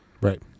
Right